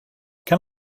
can